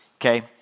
Okay